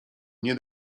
nie